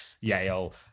Yale